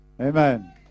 Amen